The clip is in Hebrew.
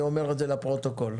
באוקטובר.